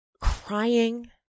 crying